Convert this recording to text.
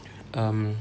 um